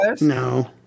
No